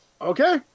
Okay